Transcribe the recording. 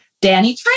Danny